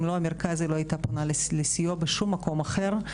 אם לא המרכז היא לא הייתה פונה לסיוע בשום מקום אחר.